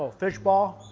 fish ball